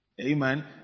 Amen